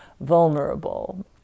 vulnerable